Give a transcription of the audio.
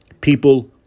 People